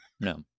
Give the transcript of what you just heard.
no